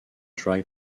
dry